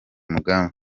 mugambi